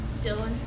Dylan